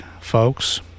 folks